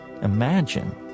Imagine